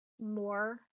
more